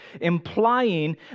implying